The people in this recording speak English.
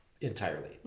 entirely